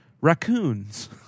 raccoons